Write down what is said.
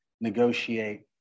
negotiate